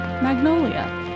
Magnolia